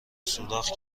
سوراخ